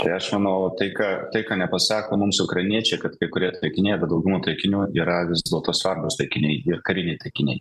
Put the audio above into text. tai aš manau tai ką tai ką nepasako mums ukrainiečiai kad kai kurie taikiniai arba dauguma taikinių yra vis dėlto svarbūs taikiniai kariniai taikiniai